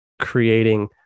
creating